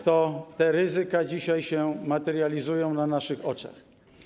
Te ryzyka dzisiaj się materializują na naszych oczach.